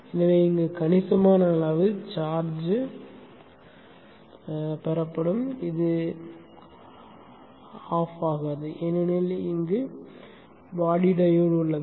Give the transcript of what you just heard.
எனவே இங்கு கணிசமான அளவு கட்டணம் வசூலிக்கப்படும் இது அணைக்கப்படாது ஏனெனில் இங்கு பாடி டையோடு உள்ளது